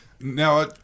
Now